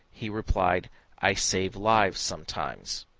he replied i save lives sometimes.